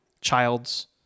child's